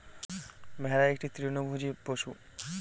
ভেড়া একটি তৃণভোজী পশু